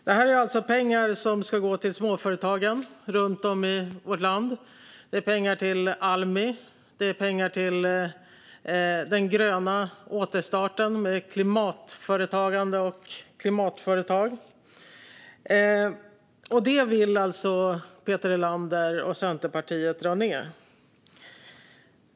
Detta är alltså pengar som ska gå till småföretagen runt om i vårt land. Det är pengar till Almi, och det är pengar till den gröna återstarten med klimatföretagande och klimatföretag. Detta vill alltså Peter Helander och Centerpartiet dra ned på.